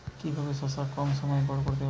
কিভাবে শশা কম সময়ে বড় করতে পারব?